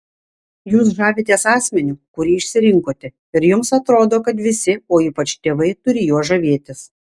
jūs žavitės asmeniu kurį išsirinkote ir jums atrodo kad visi o ypač tėvai turi juo žavėtis